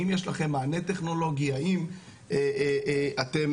האם יש לכם מענה טכנולוגי, האם אתם